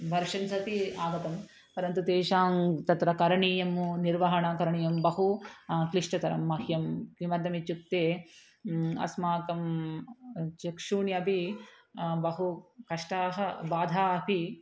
versions अपि आगतं परन्तु तेषां तत्र करणीयं निर्वहणं करणीयं बहु क्लिष्टतरं मह्यं किमर्थम् इत्युक्ते अस्माकं चक्षूंषि अपि बहु कष्टाः बाधाः अपि